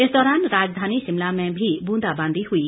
इस दौरान राजधानी शिमला में भी बूंदाबांदी हुई